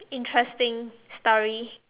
interesting story